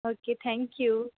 okay thank you